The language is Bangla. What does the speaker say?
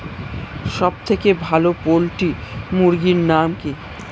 সবথেকে ভালো পোল্ট্রি মুরগির নাম কি?